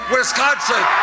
Wisconsin